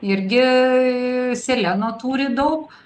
irgi ii seleno turi daug